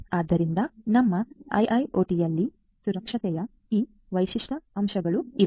ಆದ್ದರಿಂದ ನಮ್ಮ ಐಐಒಟಿಯಲ್ಲಿ ಸುರಕ್ಷತೆಯ ಈ ವಿಶಿಷ್ಟ ಅಂಶಗಳು ಇವು